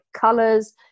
colors